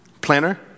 Planner